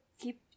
keep